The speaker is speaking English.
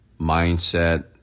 mindset